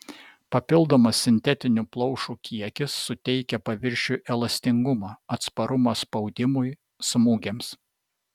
papildomas sintetinių plaušų kiekis suteikia paviršiui elastingumą atsparumą spaudimui smūgiams